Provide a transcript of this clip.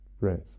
breath